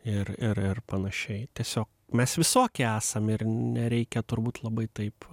ir ir ir panašiai tiesiog mes visokie esam ir nereikia turbūt labai taip